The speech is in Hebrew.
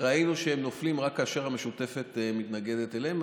ראינו שהם נופלים רק כאשר המשותפת מתנגדת להם.